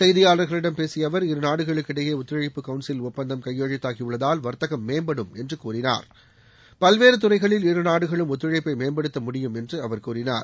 செய்தியாளர்களிடம் பேசிய அவர் இருநாடுகளுக்கிடையே ஒத்துழைப்பு கவுன்சில் ஒப்பந்தம் கையெழுத்தாகியுள்ளதால் வர்த்தகம் மேம்படும் என்று கூறினார் பல்வேறு துறைகளில் இருநாடுகளும் ஒத்துழைப்பை மேம்படுத்த முடியும் என்று அவர் கூறினார்